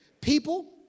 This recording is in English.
people